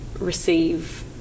receive